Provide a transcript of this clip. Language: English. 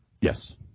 Yes